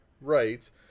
Right